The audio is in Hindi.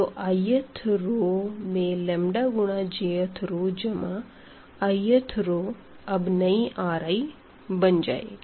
तो i th रो में लंबदा गुणा j thरो जमा i th रो अब नयी Riबन जाएगी